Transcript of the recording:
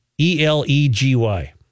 E-L-E-G-Y